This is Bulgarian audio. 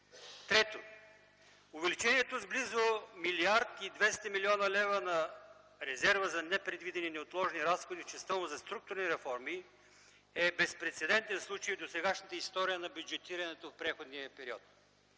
Трето, увеличението с близо 1 млрд. и 200 млн. лв. на резерва за непредвидени и неотложни разходи в частта му за структурни реформи е безпрецедентен случай в досегашната история на бюджетирането в преходния период.